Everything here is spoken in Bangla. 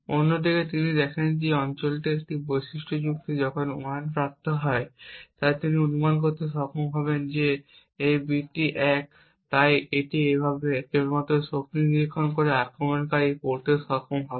অন্যদিকে তিনি দেখেন যে এই অঞ্চলটি একটি বৈশিষ্ট্যযুক্ত যখন 1 প্রাপ্ত হয় এবং তাই তিনি অনুমান করতে সক্ষম হবেন যে এই বিটটি 1 এবং তাই তাই এইভাবে কেবলমাত্র শক্তি নিরীক্ষণ করে আক্রমণকারী পড়তে সক্ষম হবে